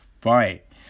fight